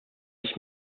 ich